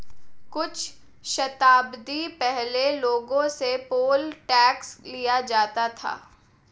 कुछ शताब्दी पहले लोगों से पोल टैक्स लिया जाता था